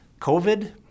COVID